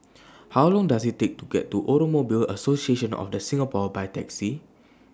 How Long Does IT Take to get to Automobile Association of The Singapore By Taxi